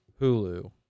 hulu